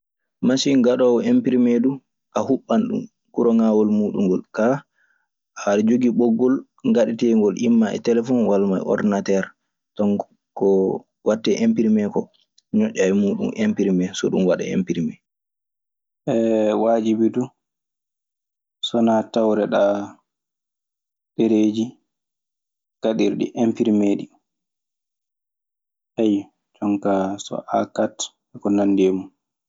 Masin gaɗoowo empirime duu a huɓɓan ɗum. Kuron ŋaawol muuɗum ngol kaa aɗa jogii ɓoggol ngaɗeteengol imma e telefon. Imma e oordinater ñoƴƴaa ko wattee empirime koo. Waajibi du so wanaa tawreɗaa ɗereeji gaɗirɗi empirimee ɗii, ayyo. jonkaa so Aakat e ko nanndi e mun.